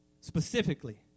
specifically